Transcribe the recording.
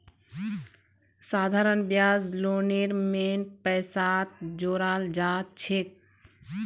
साधारण ब्याज लोनेर मेन पैसात जोड़ाल जाछेक